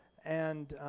and